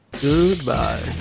Goodbye